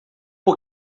por